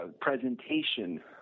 presentation